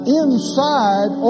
inside